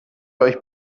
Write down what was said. euch